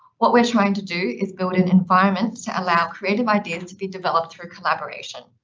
what we're trying to do is build an environment to allow creative ideas to be developed through collaboration.